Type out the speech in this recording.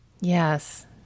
Yes